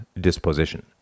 disposition